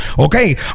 okay